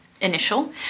initial